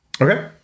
Okay